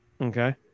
Okay